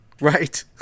Right